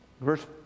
Verse